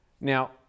Now